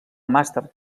màster